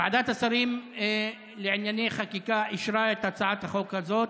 ועדת השרים לענייני חקיקה אישרה את הצעת החוק הזו,